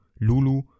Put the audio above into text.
Lulu